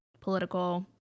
political